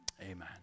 amen